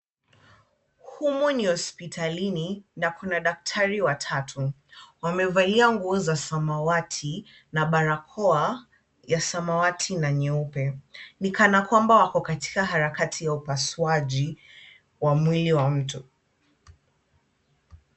Humo ni hospitali na kuna daktari wa tatu. Wamevalia nguo za samawati na barakoa ya samawati na nyeupe, ni kana kwamba wako katika harakati ya upasuaji wa mwili wa mtu.